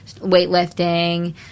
Weightlifting